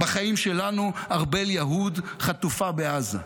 בחיים שלנו ארבל יהוד חטופה בעזה.